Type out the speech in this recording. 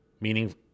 meaning